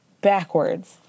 Backwards